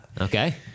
Okay